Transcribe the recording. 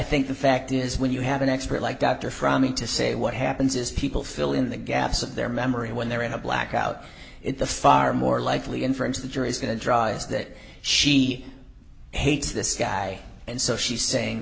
think the fact is when you have an expert like dr from me to say what happens is people fill in the gaps of their memory when they're in a blackout in the far more likely inference the jury is going to draw is that she hates this guy and so she's saying